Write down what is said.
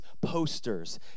posters